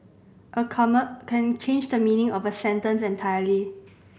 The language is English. a comma can change the meaning of a sentence entirely